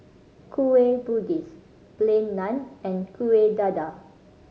Kueh Bugis Plain Naan and Kuih Dadar